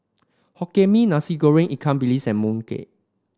Hokkien Mee Nasi Goreng Ikan Bilis and mooncake